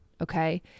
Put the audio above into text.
Okay